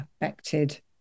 affected